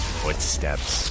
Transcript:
footsteps